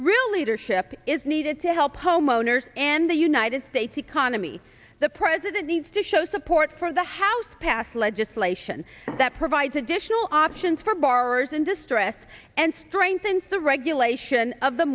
leadership is needed to help homeowners and the united states economy the president needs to show support for the house passed legislation that provides additional options for borrowers and distressed and strengthen the regulation of the